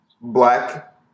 Black